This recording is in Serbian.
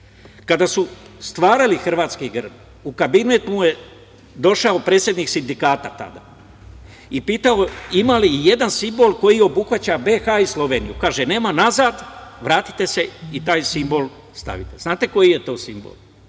Kada su stvarali hrvatski grb, u kabinet mu je došao predsednik sindikata tada i pitao – ima li ijedan simbol koji obuhvata BiH i Sloveniju? Kaže – nema, nazad, vratite se i taj simbol stavite. Znate li koji je to simbol?